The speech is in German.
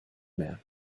mehr